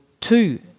two